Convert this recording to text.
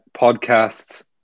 podcasts